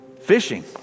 fishing